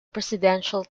presidential